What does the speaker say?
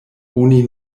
oni